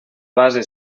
base